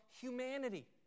humanity